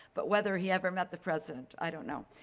but whether he ever met the president i don't know.